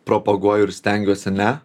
propaguoju ir stengiuosi ne